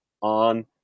on